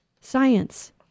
Science